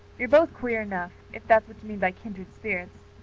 you're both queer enough, if that's what you mean by kindred spirits,